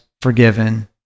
forgiven